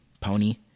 Pony